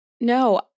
No